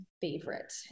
favorite